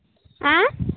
ᱦᱮᱸ